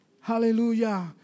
Hallelujah